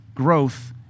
growth